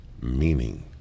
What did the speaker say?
meaning